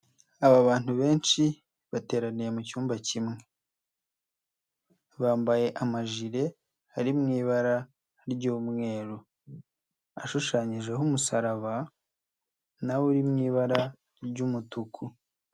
Aba bantu benshi bateraniye mu cyumba kimwe, bambaye amajire ari mu ibara ry'umweru, ashushanyijeho umusaraba na wo uri mu ibara ry'umutuku.